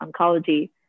oncology